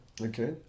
okay